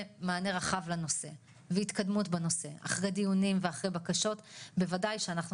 מענה רחב לנושא והתקדמות בנושא אחרי דיונים ואחרי בקשות בוודאי שאנחנו